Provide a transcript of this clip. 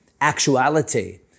actuality